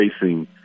facing